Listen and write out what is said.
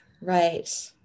Right